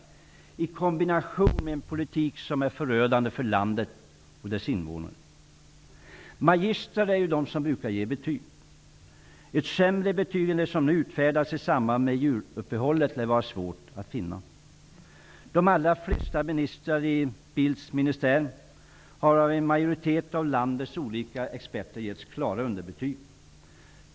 Detta sker i kombination med en politik som är förödande för landet och dess invånare. Magistrar är de som brukar ge betyg. Ett sämre betyg än det som nu utfärdas i samband med juluppehållet lär vara svårt att finna. De allra flesta ministrar i Bildts ministär har av en majoritet av landets olika experter getts klara underbetyg.